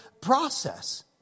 process